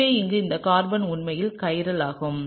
எனவே இங்கே இந்த கார்பன் உண்மையில் கைரல் ஆகும்